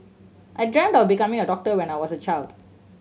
I dreamt of becoming a doctor when I was a child